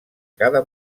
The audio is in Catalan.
cada